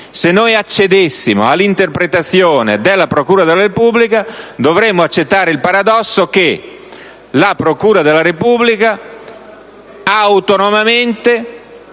Se accedessimo all'interpretazione della Procura della Repubblica dovremmo accettare il paradosso che la Procura della Repubblica autonomamente